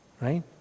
Right